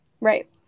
Right